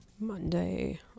Monday